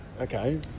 Okay